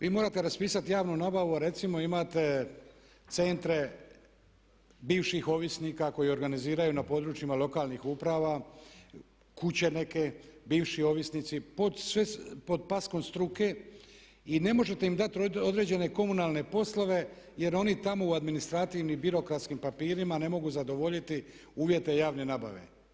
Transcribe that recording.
Vi morate raspisati javnu nabavu, a recimo imate centre bivših ovisnika koji organiziraju na područjima lokalnih uprava kuće neke, bivši ovisnici pod paskom struke i ne možete im dati određene komunalne poslove jer oni tamo u administrativnim i birokratskim papirima ne mogu zadovoljiti uvjete javne nabave.